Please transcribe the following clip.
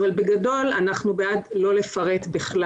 אבל בגדול, אנחנו בעד זה שלא יהיה פירוט בכלל.